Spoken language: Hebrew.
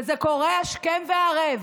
וזה קורה השכם והערב,